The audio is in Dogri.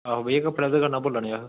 आहो भैया कपड़े आह्ली दुकानै दा बोल्ला नै अस